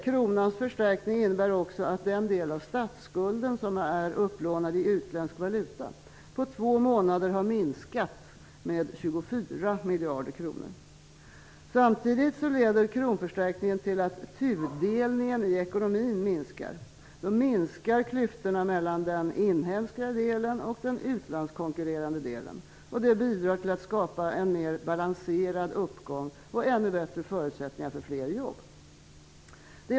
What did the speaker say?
Kronans förstärkning innebär också att den del av statsskulden som är upplånad i utländsk valuta på två månader har minskat med 24 miljarder kronor. Samtidigt leder kronförstärkningen till att tudelningen i ekonomin minskar. Då minskar klyftorna mellan den inhemska delen och den utlandskonkurrerande delen. Detta bidrar till att skapa en mer balanserad uppgång och ännu bättre förutsättningar för fler jobb.